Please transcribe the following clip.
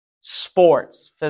sports